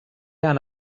han